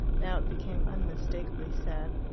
now it became unmistakably sad.